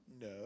No